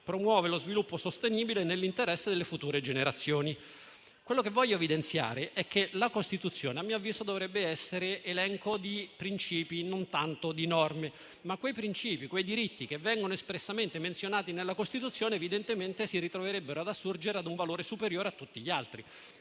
promuove lo sviluppo sostenibile, anche nell'interesse delle future generazioni». Voglio evidenziare che la Costituzione, a mio avviso, dovrebbe essere elenco di principi e non tanto di norme, perché quei principi e quei diritti espressamente menzionati nella Costituzione evidentemente verrebbero ad assurgere ad un valore superiore a tutti gli altri.